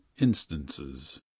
Instances